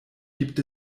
gibt